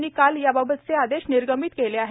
यांनी काल याबाबतचे आदेश निर्गमित केले आहेत